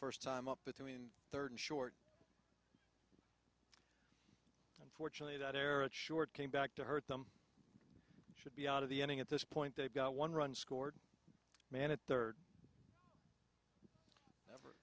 first time up between third and short unfortunately that era short came back to hurt them and should be out of the ending at this point they've got one run scored man a third ever